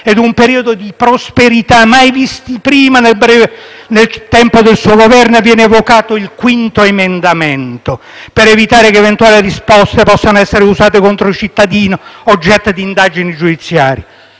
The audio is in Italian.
e un periodo di prosperità mai visti prima nel breve tempo del suo Governo, viene evocato il quinto emendamento per evitare che eventuali risposte possano essere usate contro i cittadini oggetti di indagini giudiziarie.